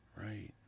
Right